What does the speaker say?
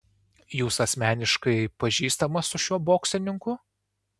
jūs asmeniškai pažįstamas su šiuo boksininku